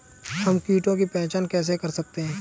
हम कीटों की पहचान कैसे कर सकते हैं?